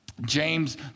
James